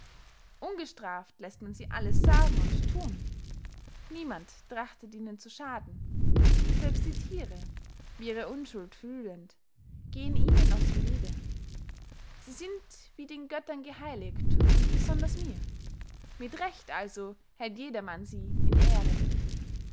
ungestraft läßt man sie alles sagen und thun niemand trachtet ihnen zu schaden selbst die thiere wie ihre unschuld fühlend gehen ihnen aus dem wege sie sind wie den göttern geheiligt und besonders mir mit recht allso hält jedermann sie in ehren